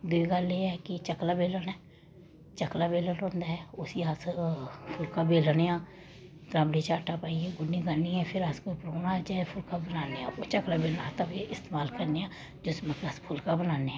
दुई गल्ल एह् ऐ कि चकला बेलना चकला बेलना होंदा ऐ उसी अस फुलका बेलने आं त्राबंड़ी च आटा पाइयै गुन्नियै गान्नियै फिर अस परौह्ना आई जाए ते फुलका बनाने आं ते चकला बेलना तवे दा इस्तमाल करने आं जिस बेल्लै अस फुलका बनाने आं